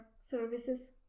services